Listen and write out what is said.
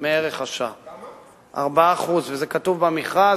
אלא הוא מעשה ידיה של ממשלה,